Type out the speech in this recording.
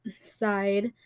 side